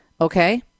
okay